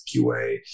QA